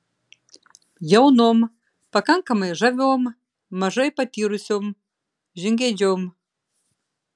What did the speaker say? jaunom pakankamai žaviom mažai patyrusiom žingeidžiom